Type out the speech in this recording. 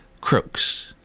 crooks